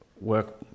work